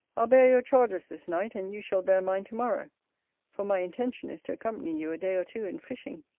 i'll bear your charges this night, and you shall bear mine to-morrow for my intention is to accompany you a day or two in fishing.